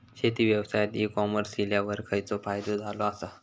शेती व्यवसायात e commerce इल्यावर खयचो फायदो झालो आसा?